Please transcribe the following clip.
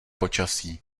počasí